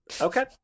Okay